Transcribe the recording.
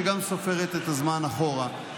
שגם סופרת את הזמן אחורה.